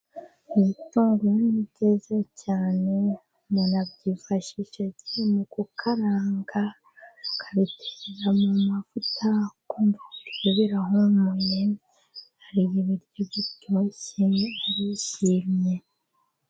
Ibitunguru ni byiza cyane umuntu abyifashisha agiye mu gukaranga, akabitekera mu mavuta ukumva ibiryo birahumuye, ariye ibiryo biryoshye arishimye.